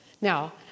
Now